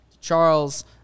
Charles